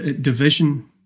division